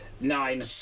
Nine